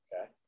Okay